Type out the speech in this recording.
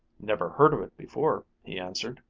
never heard of it before, he answered,